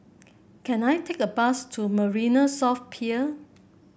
can I take a bus to Marina South Pier